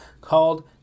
called